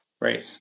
Right